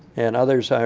and others are,